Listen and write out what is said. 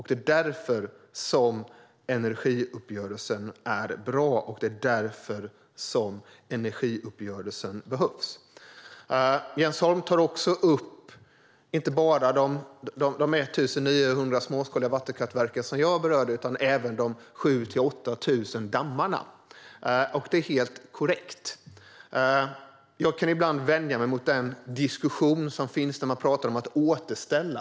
Det är därför som energiuppgörelsen är bra, och det är därför som energiuppgörelsen behövs. Jens Holm tar inte bara upp de 1 900 småskaliga vattenkraftverk som jag berörde utan även de 7 000-8 000 dammarna. Det är helt korrekt. Jag kan ibland värja mig mot den diskussion som finns, där man pratar om att återställa.